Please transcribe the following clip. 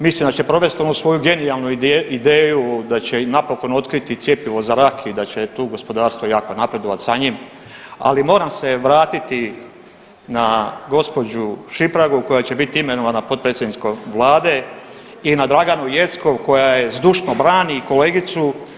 Mislim da će provesti onu svoju genijalnu ideju da će i napokon otkriti cjepivo za rak i da će tu gospodarstvo jako napredovat sa njim, ali moram se vratiti na gospođu Šimpragu koja će bit imenovana potpredsjednicom Vlade i na Draganu Jeckov koja je zdušno brani, kolegicu.